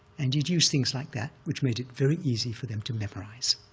and he'd use things like that, which made it very easy for them to memorize.